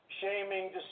shaming